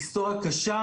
היסטוריה קשה